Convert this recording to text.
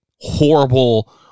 horrible